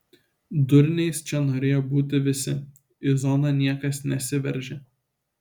durniais čia norėjo būti visi į zoną niekas nesiveržė